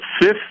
fifth